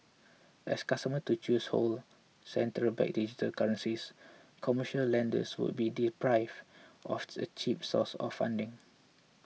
as customers to choose hold central bank digital currencies commercial lenders would be deprived of a cheap source of funding